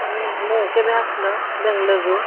ହଁ ହାଲୋ କେବେ ଆସିଲ ବାଙ୍ଗଲୋରରୁ